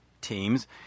teams